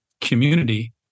community